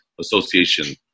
association